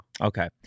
Okay